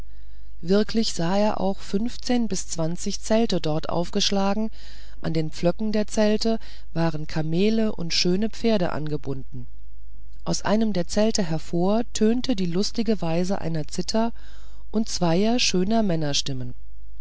wirklich sah er auch zelte dort aufgeschlagen an den pflöcken der zelte waren kamele und schöne pferde angebunden aus einem der zelte hervor tönte die lustige weise einer zither und zweier schöner männerstimmen